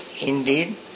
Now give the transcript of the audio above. indeed